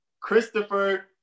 Christopher